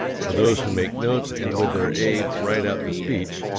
for those who make notes and with their aid write out the speech,